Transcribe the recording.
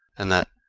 and that,